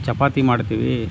ಚಪಾತಿ ಮಾಡ್ತೀವಿ